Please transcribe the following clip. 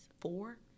four